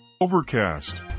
Overcast